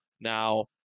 now